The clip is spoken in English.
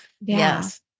Yes